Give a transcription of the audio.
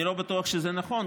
אני לא בטוח שזה נכון,